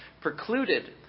precluded